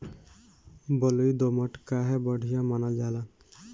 बलुई दोमट काहे बढ़िया मानल जाला?